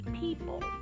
people